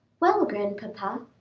well, grandpapa,